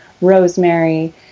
rosemary